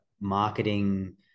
marketing